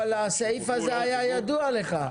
אבל הסעיף הזה היה ידוע לך.